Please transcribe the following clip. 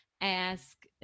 ask